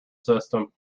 system